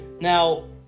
Now